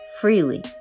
freely